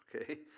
okay